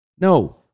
No